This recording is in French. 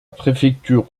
préfecture